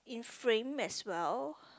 framed as well